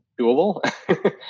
doable